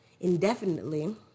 indefinitely